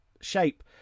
shape